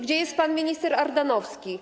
Gdzie jest pan minister Ardanowski?